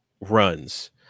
runs